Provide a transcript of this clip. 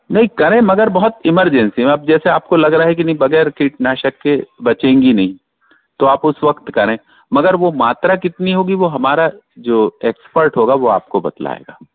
नहीं करें मगर बहुत इमरजेंसी में अब जैसे आपको लग रहा है कि वगैर कीट नाशक के बचेंगी नही तो आप उस वक्त करें मगर वो मात्रा कितनी होगी वो हमारा जो एक्सपर्ट होगा वो आपको बतलाएगा